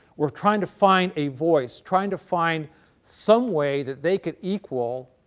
were trying to find a voice, trying to find some way that they could equal